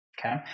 okay